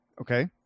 Okay